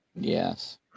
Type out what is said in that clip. Yes